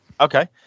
okay